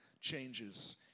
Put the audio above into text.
changes